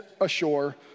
ashore